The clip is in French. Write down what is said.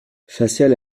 facial